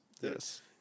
Yes